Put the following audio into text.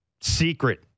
secret